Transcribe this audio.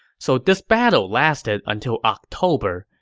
so this battle lasted until october,